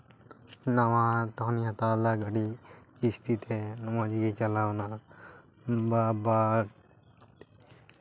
ᱱᱟᱣᱟ ᱛᱚᱠᱷᱚᱱᱤᱧ ᱦᱟᱛᱟᱣ ᱞᱮᱫᱟ ᱜᱟᱹᱰᱤ ᱠᱤᱥᱛᱤ ᱛᱮ ᱢᱚᱡᱽ ᱜᱮ ᱪᱟᱞᱟᱣᱱᱟ ᱵᱟᱵᱟᱨ